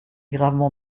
gravement